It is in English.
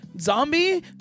zombie